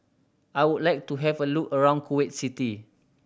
I would like to have a look around Kuwait City